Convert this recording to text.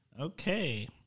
Okay